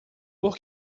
por